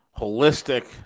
holistic